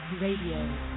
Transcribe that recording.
Radio